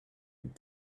and